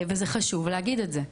וזה חשוב להגיד את זה.